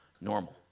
normal